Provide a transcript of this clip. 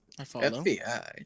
FBI